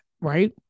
right